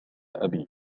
أبي